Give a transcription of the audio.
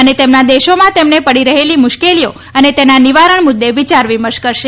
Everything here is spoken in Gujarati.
અને તેમના દેશોમાં તેમને પડી રહેલી મુશ્કેલીઓ અને તે મુદ્દે વિચાર વિમર્શ કરશે